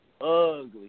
ugly